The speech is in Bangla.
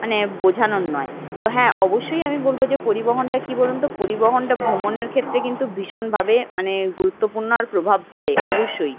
মানে বোঝানোর নয় তো হ্যাঁ অবশ্যই আমি বলবো যে পরিবহনটা কি বলুন তো পরিবহনটা ভ্রমণের ক্ষেত্রে কিন্তু ভীষণভাবে মানে গুরুত্বপূর্ণ আর প্রভাব ফেলে অবশ্যই